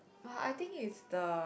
but I think is the